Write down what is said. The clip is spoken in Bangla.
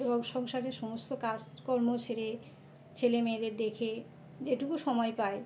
এবং সংসারের সমস্ত কাজকর্ম সেরে ছেলে মেয়েদের দেখে যেটুকু সময় পাই